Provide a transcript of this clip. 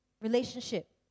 relationship